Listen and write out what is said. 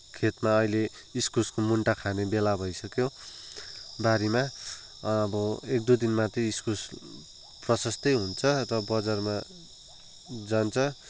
खेतमा अहिले इस्कुसको मुन्टा खाने बेला भइसक्यो बारीमा अब एक दुई दिनमा चाहिँ इस्कुस प्रशस्तै हुन्छ र बजारमा जान्छ